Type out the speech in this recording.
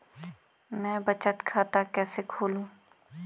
मैं बचत खाता कैसे खोलूँ?